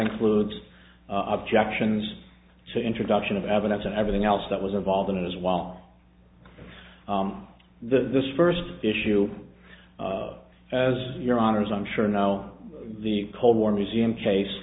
includes objections to introduction of evidence and everything else that was involved in it as well as this first issue as your honour's i'm sure now the cold war museum case